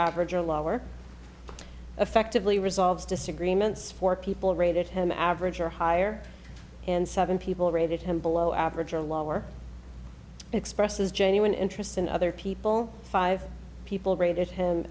average or lower effectively resolves disagreements for people rated him average or higher and seven people rated him below average or lower expresses genuine interest in other people five people rated him